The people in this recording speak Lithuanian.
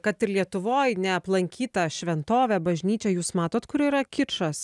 kad ir lietuvoj neaplankytą šventovę bažnyčią jūs matot kur yra kičas